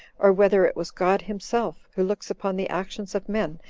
or whether it was god himself, who looks upon the actions of men,